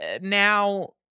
Now